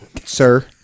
Sir